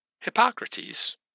Hippocrates